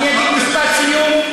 אני אגיד משפט סיום,